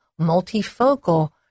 multifocal